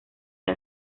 que